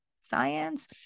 science